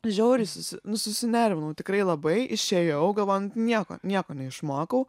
žiauriai susi nu susinervinau tikrai labai išėjau galvoju nieko nieko neišmokau